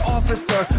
Officer